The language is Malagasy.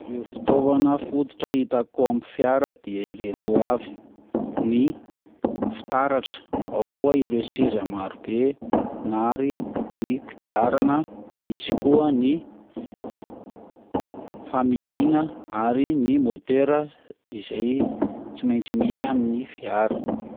Ireo fitaovana fototra hitako amin'ny fiara de ireto avy, ny fitaratra ao koa ireo seza maro be, na ary ny kidarana Misy koa ny familiana ary ny môtera izay tsy maintsy misy amin'ny fiara.